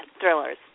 thrillers